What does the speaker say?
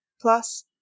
Plus